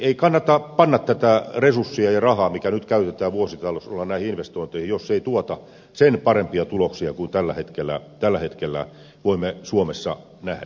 ei kannata panna tänne tätä resurssia ja rahaa mikä nyt käytetään vuositasolla näihin investointeihin jos se ei tuota sen parempia tuloksia kuin tällä hetkellä voimme suomessa nähdä